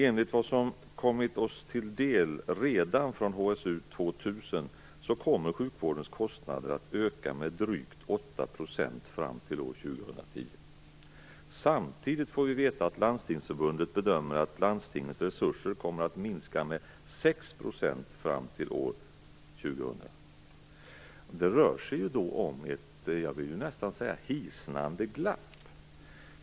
Enligt vad som redan har kommit oss till del från HSU 2000 kommer sjukvårdens kostnader att öka med drygt 8 % fram till år 2010. Samtidigt får vi veta att Landstingsförbundet bedömer att landstingets resurser kommer att minska med 6 % fram till år 2000. Det rör sig då om ett nästan hisnande glapp.